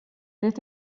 det